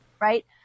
Right